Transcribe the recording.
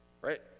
Right